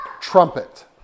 trumpet